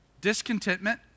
Discontentment